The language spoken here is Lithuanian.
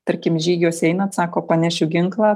tarkim žygiuos einat sako panešiu ginklą